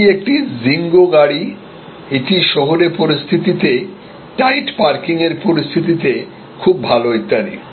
এটি একটি জিঙ্গো গাড়ি এটি শহুরে পরিস্থিতি তে টাইট পার্কিংয়ের পরিস্থিতি তে খুব ভাল ইত্যাদি